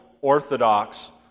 orthodox